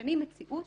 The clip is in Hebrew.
וכשמשנים מציאות